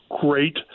great